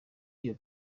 iyo